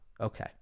Okay